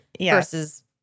versus